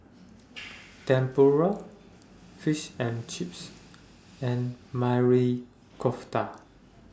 Tempura Fish and Chips and Marry Kofta